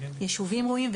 יישובים ראויים,